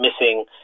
missing